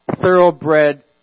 thoroughbred